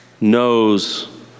knows